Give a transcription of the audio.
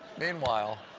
meanwhile